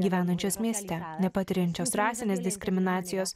gyvenančios mieste nepatiriančios rasinės diskriminacijos